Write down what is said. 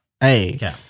Hey